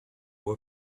were